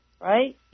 right